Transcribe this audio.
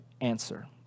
answer